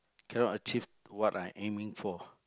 cannot achieve what I aiming for